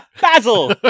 Basil